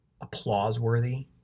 applause-worthy